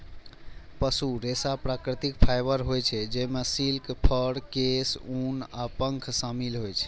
पशु रेशा प्राकृतिक फाइबर होइ छै, जइमे सिल्क, फर, केश, ऊन आ पंख शामिल होइ छै